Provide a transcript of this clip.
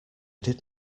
did